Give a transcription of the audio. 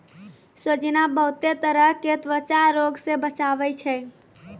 सोजीना बहुते तरह के त्वचा रोग से बचावै छै